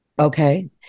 Okay